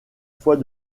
fois